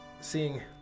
seeing